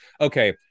okay